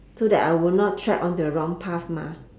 so that I will not thread onto the wrong path mah